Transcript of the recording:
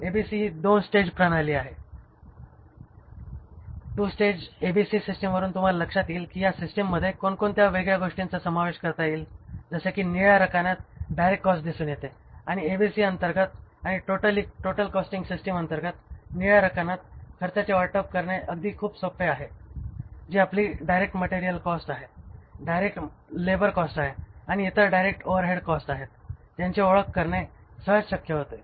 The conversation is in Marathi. ABC ही २ स्टेज प्रणाली आहे २ स्टेज ABC सिस्टमवरून तुम्हाला लक्षात येईल कि ह्या सिस्टिममध्ये कोणकोणत्या वेगळ्या गोष्टींचा समावेश करता येईल जसे कि निळ्या रकान्यात डायरेक्ट कॉस्ट दिसून येते आणि ABC अंतर्गत आणि टोटल कॉस्टिंग सिस्टिम अंतर्गत निळ्या रकान्यात खर्चाचे वाटप करणे अगदी खूप सोपे आहे जी आपली डायरेक्ट मटेरियल कॉस्ट आहे डायरेक्ट लेबर कॉस्ट आहे आणि इतर डायरेक्ट ओव्हरहेड कॉस्ट आहेत त्यांची ओळख करणे सहज शक्य होते